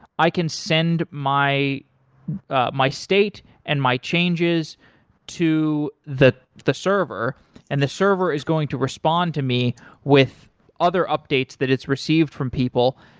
i can send my ah my state and my changes to the the server and the server is going to respond to me with other updates that it's received from people,